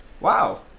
Wow